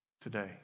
today